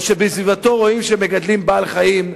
או שבסביבתם מגדלים בעל-חיים,